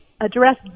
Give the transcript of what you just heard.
address